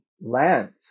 Lance